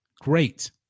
Great